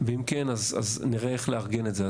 ואם כן אז נראה איך לארגן את זה.